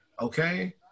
okay